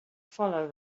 follow